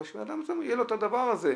אבל שלבן אדם יהיה את הדבר הזה.